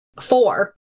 Four